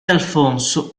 alfonso